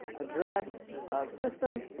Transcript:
address of system,